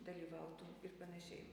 dalyvautų ir panašiai